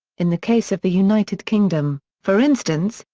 in the case of the united kingdom, for instance,